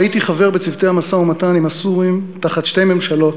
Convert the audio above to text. הייתי בצוותי המשא-ומתן עם הסורים תחת שתי ממשלות